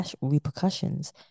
repercussions